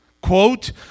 quote